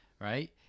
right